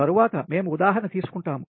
తరువాత మేము ఉదాహరణ తీసుకుంటాము